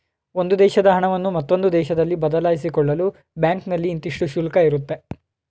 ಒಂದು ದೇಶದ ಹಣವನ್ನು ಮತ್ತೊಂದು ದೇಶದಲ್ಲಿ ಬದಲಾಯಿಸಿಕೊಳ್ಳಲು ಬ್ಯಾಂಕ್ನಲ್ಲಿ ಇಂತಿಷ್ಟು ಶುಲ್ಕ ಇರುತ್ತೆ